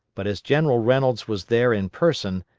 but as general reynolds was there in person,